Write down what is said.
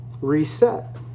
reset